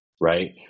right